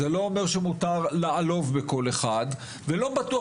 זה לא אומר שמותר לעלוב בכל אחד ולא בטוח